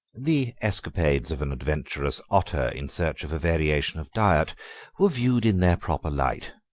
the escapades of an adventurous otter in search of a variation of diet were viewed in their proper light.